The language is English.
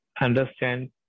understand